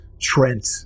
Trent